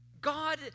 God